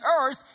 earth